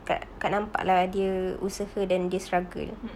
kak kak nampak lah dia usaha dan dia struggle